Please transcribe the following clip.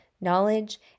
knowledge